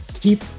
keep